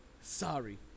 Sorry